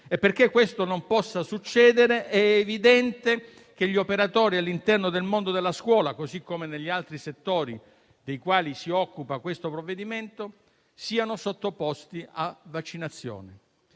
e perché ciò non avvenga è evidente che gli operatori all'interno del mondo della scuola, così come negli altri settori dei quali si occupa questo provvedimento, devono essere sottoposti a vaccinazione.